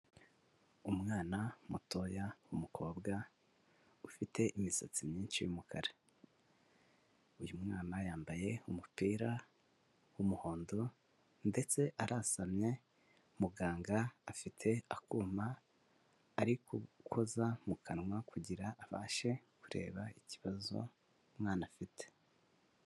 Umwana mutoya w'umukobwa ufite imisatsi myinshi y'umukara, uyu mwana yambaye umupira w'umuhondo ndetse arasamye muganga afite akuma ari gukoza mu kanwa kugira abashe kureba ikibazo umwana afite.